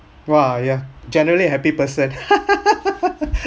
!wah! ya generally a happy person